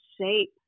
shape